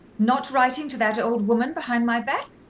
not writing to that old woman behind my back?